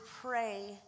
pray